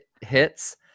hits